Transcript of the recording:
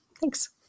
Thanks